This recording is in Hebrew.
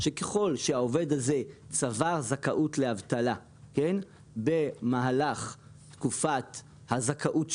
שככל שהעובד הזה צבר זכאות לאבטלה במהלך תקופת הזכאות שלו,